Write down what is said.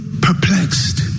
perplexed